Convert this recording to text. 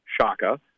Shaka